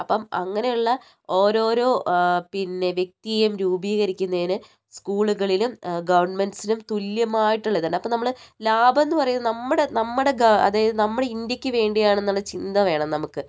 അപ്പം അങ്ങനെയുള്ള ഓരോരോ പിന്നെ വ്യക്തിയെയും രൂപീകരിക്കുന്നേന് സ്കൂളുകളിലും ഗവൺമെൻറ്സിനും തുല്യമായിട്ടുള്ള ഇതുണ്ട് അപ്പോൾ നമ്മൾ ലാഭം എന്നു പറയുന്നത് നമ്മുടെ നമ്മുടെ ഗവ അതായത് നമ്മുടെ ഇന്ത്യയ്ക്ക് വേണ്ടിയാണ് എന്നുള്ള ചിന്ത വേണം നമുക്ക്